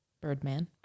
Birdman